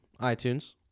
iTunes